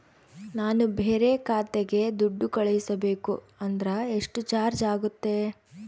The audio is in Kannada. ನಾನು ಬೇರೆ ಖಾತೆಗೆ ದುಡ್ಡು ಕಳಿಸಬೇಕು ಅಂದ್ರ ಎಷ್ಟು ಚಾರ್ಜ್ ಆಗುತ್ತೆ?